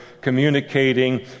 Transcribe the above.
communicating